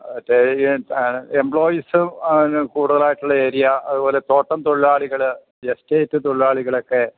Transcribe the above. ആണ് എംപ്ലോയീസ് പിന്നെ കൂടുതലായിട്ടുള്ള ഏരിയ അതുപോലെ തോട്ടം തൊഴിലാളികള് എസ്റ്റേറ്റ് തൊഴിലാളികളൊക്കെ